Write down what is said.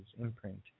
imprint